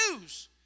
news